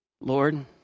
Lord